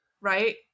right